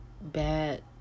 bad